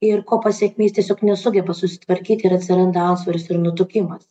ir ko pasekmė jis tiesiog nesugeba susitvarkyti ir atsiranda antsvoris ir nutukimas